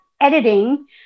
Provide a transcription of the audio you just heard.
editing